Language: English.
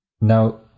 Now